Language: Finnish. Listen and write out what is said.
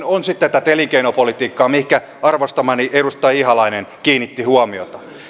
on sitten tätä elinkeinopolitiikkaa mihinkä arvostamani edustaja ihalainen kiinnitti huomiota